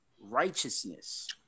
righteousness